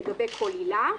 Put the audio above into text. לגבי כל עילה,